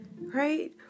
Right